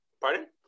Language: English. pardon